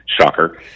shocker